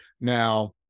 Now